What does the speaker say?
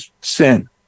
Sin